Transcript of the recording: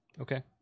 Okay